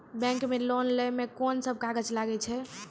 Bank मे loan लै मे कोन सब कागज लागै छै?